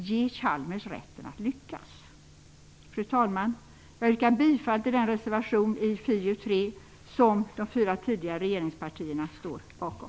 Ge Chalmers rätten att lyckas! Fru talman! Jag yrkar bifall till den reservation i FiU3 som de fyra tidigare regeringspartierna står bakom.